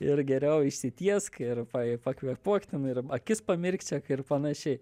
ir geriau išsitiesk ir pa pakvėpuok ten ir akis pamirkčiok ir panašiai